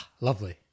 Lovely